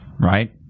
Right